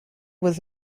was